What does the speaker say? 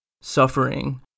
suffering